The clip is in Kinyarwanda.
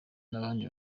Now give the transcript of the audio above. n’abandi